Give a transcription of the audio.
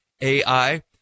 AI